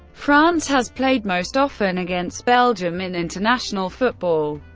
france has played most often against belgium in international football.